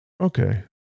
okay